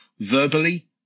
Verbally